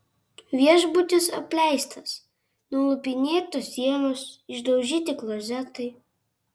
viešbutis apleistas nulupinėtos sienos išdaužyti klozetai